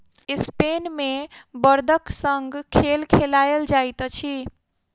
Spain मे बड़दक संग खेल खेलायल जाइत अछि